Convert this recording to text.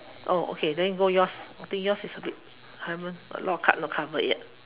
oh okay then go yours I think yours is a bit higher a lot of cards not cover yet